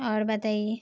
اور بتائیے